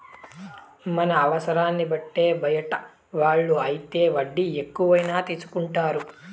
మన అవసరాన్ని బట్టి బయట వాళ్ళు అయితే వడ్డీ ఎక్కువైనా తీసుకుంటారు